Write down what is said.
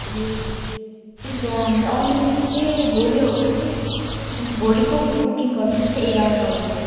ए त्यही त हामी आउने चाहिँ भोलि आउँछौँ भोलिको बुकिङ गरिदिनुहोस् न एघार तारिकको